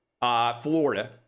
Florida